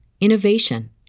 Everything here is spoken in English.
innovation